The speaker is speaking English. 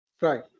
Right